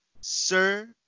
sir